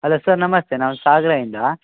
hello sir ನಮಸ್ತೆ ನಾವು ಸಾಗ್ರದಿಂದ